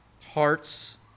hearts